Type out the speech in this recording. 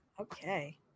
Okay